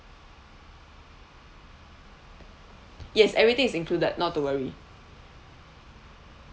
yes everything is included not to worry